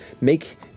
make